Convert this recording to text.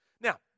Now